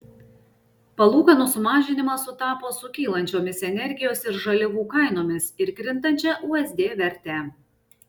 palūkanų sumažinimas sutapo su kylančiomis energijos ir žaliavų kainomis ir krintančia usd verte